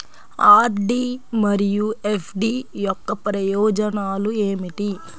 RD మరియు FD యొక్క ప్రయోజనాలు ఏమిటి?